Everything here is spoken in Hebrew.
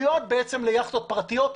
מיועד ליכטות פרטיות.